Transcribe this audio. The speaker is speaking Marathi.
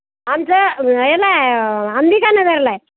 आमचं याला आहे अंबिका नगरला आहे